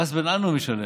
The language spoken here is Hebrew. ראס בן ענו הוא משלם.